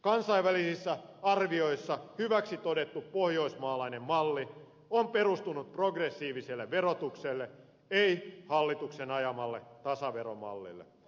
kansainvälisissä arvioissa hyväksi todettu pohjoismainen malli on perustunut progressiiviselle verotukselle ei hallituksen ajamalle tasaveromallille